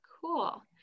Cool